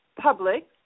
public